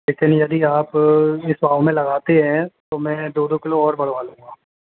लेकिन यदि आप इस भाव में लगाते हैं तो मैं दो दो किलो और बढ़वा लूंगा